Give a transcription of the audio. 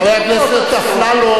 חבר הכנסת אפללו,